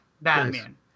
Batman